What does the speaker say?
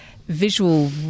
Visual